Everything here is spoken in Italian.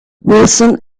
wilson